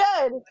good